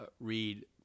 read